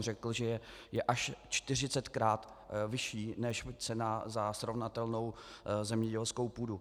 Řekl jsem, že je až čtyřicetkrát vyšší než cena za srovnatelnou zemědělskou půdu.